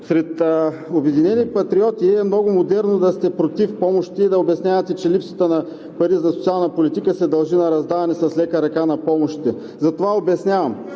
Сред „Обединени патриоти“ е много модерно да сте против помощите и да обяснявате, че липсата на пари за социална политика се дължи на раздаване с лека ръка на помощите. Затова обяснявам: